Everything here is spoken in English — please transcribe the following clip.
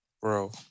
Bro